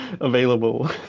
available